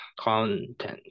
content